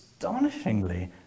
Astonishingly